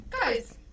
Guys